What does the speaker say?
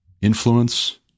influence